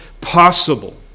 possible